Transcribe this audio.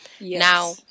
now